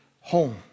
home